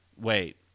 wait